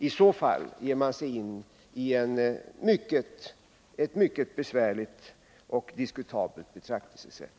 I så fall ger man sig in i ett mycket besvärligt och diskutabelt betraktelsesätt.